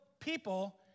people